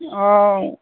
অঁ